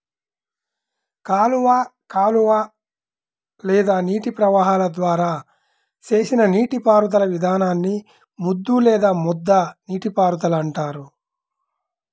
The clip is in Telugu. కాలువ కాలువ లేదా నీటి ప్రవాహాల ద్వారా చేసిన నీటిపారుదల విధానాన్ని ముద్దు లేదా ముద్ద నీటిపారుదల అంటారు